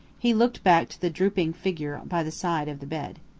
he looked back to the drooping figure by the side of the bed.